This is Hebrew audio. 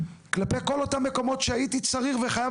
כלפי כל אותם מקומות שהייתי צריך וחייב